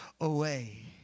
away